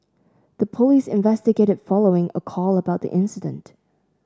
the police investigated following a call about the incident